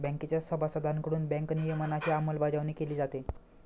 बँकेच्या सभासदांकडून बँक नियमनाची अंमलबजावणी केली जाते